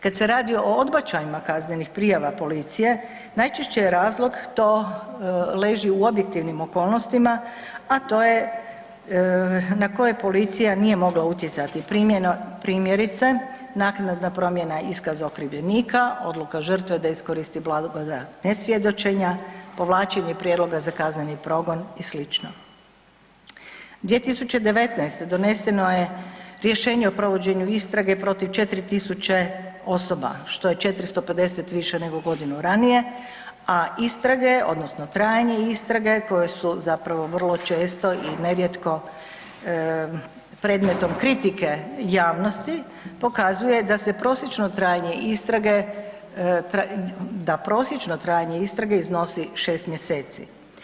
Kad se radi o odbačajima kaznenih prijava policije, najčešće je razlog to leži u objektivnim okolnostima, a to je na koje policija nije mogla utjecati, primjerice, naknada promjena iskaza okrivljenika, odluka žrtve da iskoristi blagodat nesvjedočenja, povlačenje prijedloga za kazneni progon i sl. 2019. doneseno je rješenje o provođenju istrage protiv 4000 osoba, što je 450 više nego godinu ranije, a istrage, odnosno trajanje istrage koje su zapravo vrlo često i nerijetko predmetom kritike javnosti, pokazuje da se prosječno trajanje istrage, da prosječno trajanje istrage iznosi 6 mjeseci.